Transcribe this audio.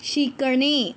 शिकणे